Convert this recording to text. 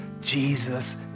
Jesus